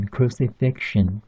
Crucifixion